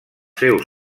seus